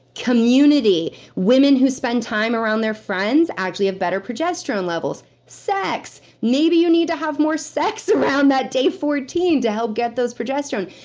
community women who spend time around their friends, actually have better progesterone levels sex. maybe you need to have more sex around that day fourteen, to help get those progesterone.